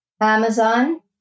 Amazon